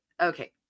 okay